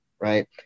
Right